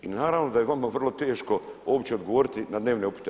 I naravno da je vama vrlo teško uopće odgovoriti na dnevne upite.